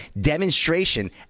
demonstration